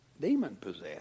demon-possessed